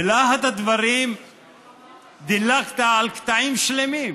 בלהט הדברים דילגת על קטנים שלמים,